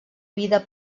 vida